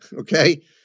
Okay